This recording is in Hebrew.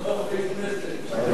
גם חברי כנסת.